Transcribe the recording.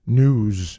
news